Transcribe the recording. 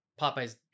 Popeye's